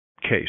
case